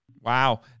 Wow